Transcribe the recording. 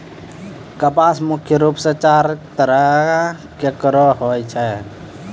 कपास मुख्य रूप सें चार तरह केरो होय छै